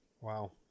Wow